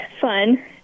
fun